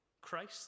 Christ